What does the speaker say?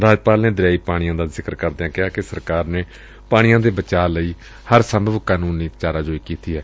ਰਾਜਪਾਲ ਨੇ ਦਰਿਆਈ ਪਾਣੀਆਂ ਦਾ ਜ਼ਿਕਰ ਕਰਦਿਆਂ ਕਿਹੈ ਕਿ ਸਰਕਾਰ ਨੇ ਪਾਣੀ ਦੇ ਬਚਾਅ ਲਈ ਹਰ ਸੰਭਵ ਕਾਨੁੰਨੀ ਚਾਰਾਜੋਈ ਕੀਤੀ ਏ